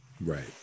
Right